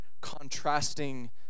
contrasting